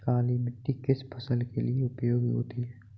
काली मिट्टी किस फसल के लिए उपयोगी होती है?